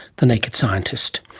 the naked scientist.